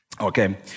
Okay